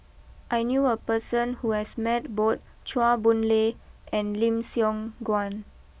I knew a person who has met both Chua Boon Lay and Lim Siong Guan